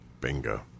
Bingo